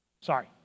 Sorry